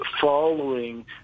following